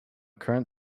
current